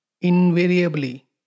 invariably